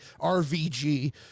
rvg